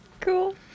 cool